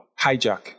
hijack